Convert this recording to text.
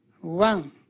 one